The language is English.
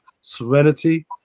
serenity